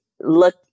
look